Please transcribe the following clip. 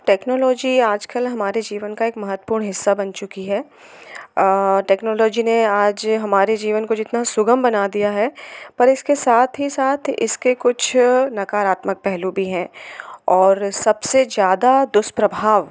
technology आजकल हमारे जीवन का एक महत्वपूर्ण हिस्सा बन चुकी है टेक्नोलॉजी ने आज हमारे जीवन को जितना सुगम बना दिया है पर इसके साथ ही साथ इसके कुछ नकारात्मक पहलू भी है और सबसे ज़्यादा दुष्प्रभाव